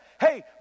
hey